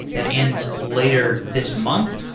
that ends later this month.